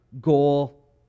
goal